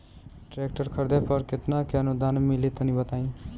Tractor खरीदे पर कितना के अनुदान मिली तनि बताई?